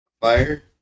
Fire